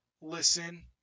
listen